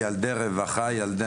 חוקי / לא מתאים לאירוע - שלא יהיה בו.